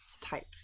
type